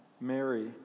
Mary